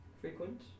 frequent